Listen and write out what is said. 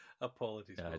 Apologies